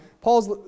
Paul's